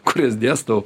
kurias dėstau